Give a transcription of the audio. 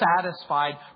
satisfied